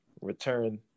return